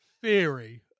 theory